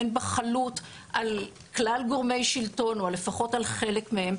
הם בחלוט על כלל גורמי שלטון או על לפחות על חלק מהם,